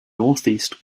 northeast